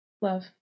love